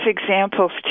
examples